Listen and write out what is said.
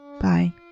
bye